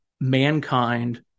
mankind